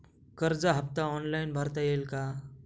कर्ज हफ्ता ऑनलाईन भरता येईल का?